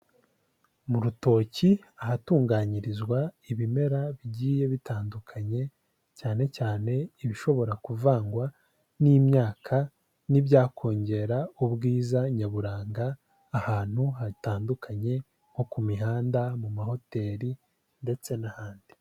Mu rutoki ahatunganyirizwa ibimera bigiye bitandukanye, cyane cyane ibishobora kuvangwa n'imyaka n'ibyakongera ubwiza nyaburanga ahantu hatandukanye, nko ku mihanda mu mahoteri ndetse n'ahandi.